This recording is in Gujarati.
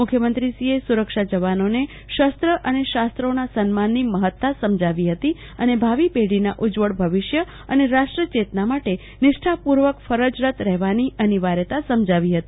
મુખ્યમંત્રીશ્રીએ સુરક્ષા જવાનોને શસ્ત્ર અને શાસ્ત્રોના સન્માનની મહત્તા સમજાવી હતી અને ભાવી પેઢીના ઉજજવળ ભવિષ્ય અને રાષ્ટ્ર ચેતના માટે નિષ્ઠાપૂર્વક ફરજરત રહેવાની અનિવાર્યતા સમજાવી હતી